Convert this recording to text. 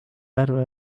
järve